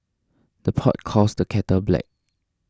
the pot calls the kettle black